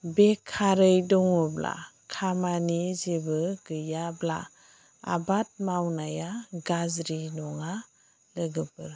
बेखारै दङब्ला खामानि जेबो गैयाब्ला आबाद मावनाया गाज्रि नङा लोगोफोर